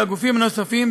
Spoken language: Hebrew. ולגופים נוספים,